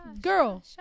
Girl